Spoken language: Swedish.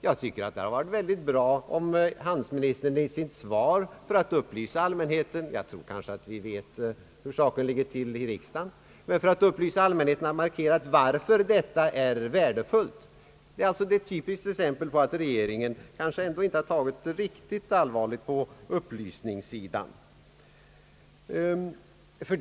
Jag tycker det hade varit bra om handelsministern i sitt svar för att upplysa allmänheten — här i riksdagen vet vi kanske hur saken ligger till — hade markerat varför detta är värdefullt. Detta är ett typiskt exempel på att regeringen kanske ändå inte tagit riktigt allvarligt på denna upplysningsverksamhet.